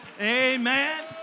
Amen